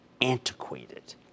antiquated